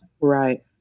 Right